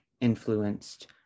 influenced